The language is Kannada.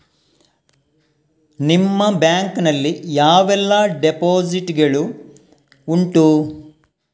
ನಿಮ್ಮ ಬ್ಯಾಂಕ್ ನಲ್ಲಿ ಯಾವೆಲ್ಲ ಡೆಪೋಸಿಟ್ ಗಳು ಉಂಟು?